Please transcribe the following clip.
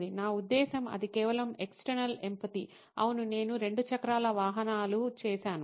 నా ఉద్దేశ్యం అది కేవలం ఎక్స్టర్నల్ ఎంపతి అవును నేను 2 చక్రాల వాహనాలు చేసాను